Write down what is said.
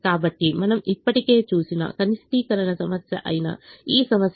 కాబట్టి మనం ఇప్పటికే చూసిన కనిష్టీకరణ సమస్య అయిన ఈ సమస్యకు వెళ్దాం